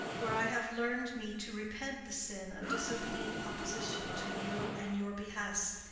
where i have learnt me to repent the sin of disobedient opposition to you and your behests,